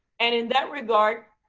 and in that regard,